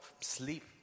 sleep